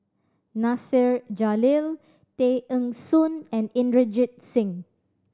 Nasir Jalil Tay Eng Soon and Inderjit Singh